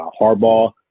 Harbaugh